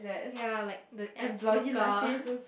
ya like the abs workout